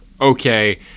okay